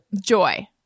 joy